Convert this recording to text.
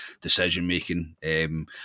decision-making